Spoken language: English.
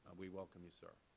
we welcome you, sir.